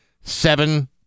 seven